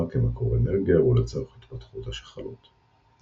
כמקור אנרגיה ולצורך התפתחות השחלות.